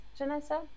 Janessa